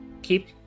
Keep